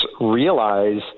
realize